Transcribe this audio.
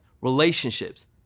relationships